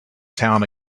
town